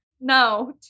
No